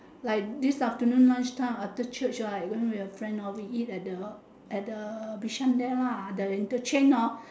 like this afternoon lunch time after church right when we were friend hor we eat at the at the bishan there lah the interchange hor